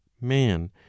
man